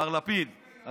מר לפיד,